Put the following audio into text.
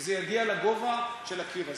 זה יגיע לגובה של הקיר הזה,